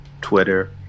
twitter